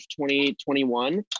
2021